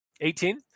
Eighteen